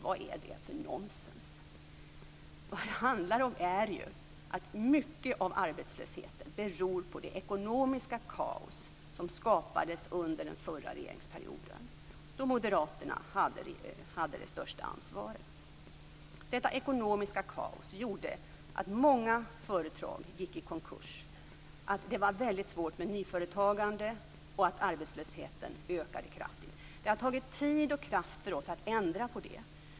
Vad det handlar om är att mycket av arbetslösheten beror på det ekonomiska kaos som skapades under den förra regeringsperioden, då moderaterna hade det största ansvaret. Detta ekonomiska kaos gjorde att många företag gick i konkurs, att det var väldigt svårt med nyföretagande och att arbetslösheten ökade kraftigt. Det har tagit tid och kraft för oss att ändra på det.